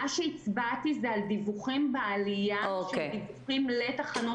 מה שהצבעתי זה על דיווחים בעלייה שהם דיווחים לתחנות